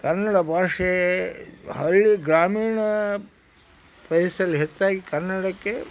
ಕನ್ನಡ ಭಾಷೇ ಹಳ್ಳಿ ಗ್ರಾಮೀಣ ಪ್ರದೇಶದಲ್ಲಿ ಹೆಚ್ಚಾಗಿ ಕನ್ನಡಕ್ಕೆ